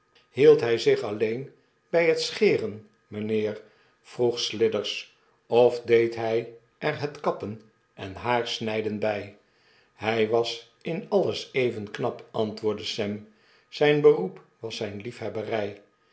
hield hy zich aileen by het scheren mynheer vroeg slithers of deed hij er het kappen en haarsnyden by p hij was in alles even knap antwoordde sam zyn beroep was zyn liefhebbery